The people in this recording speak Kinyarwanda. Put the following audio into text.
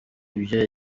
ibyo